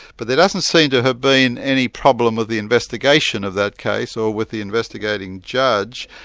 but there doesn't seem to have been any problem with the investigation of that case, or with the investigating judge,